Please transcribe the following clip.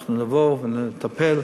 אנחנו נבוא ונטפל.